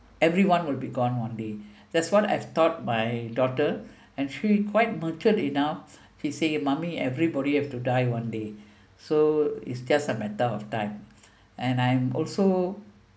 everyone will be gone one day that's what I've taught my daughter and she quite mature enough she say mummy everybody have to die one day so it's just a matter of time and I'm also